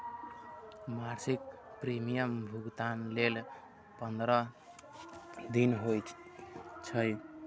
मासिक प्रीमियम भुगतान लेल पंद्रह दिन होइ छै